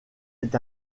est